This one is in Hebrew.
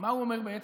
ומה הוא אומר בעצם?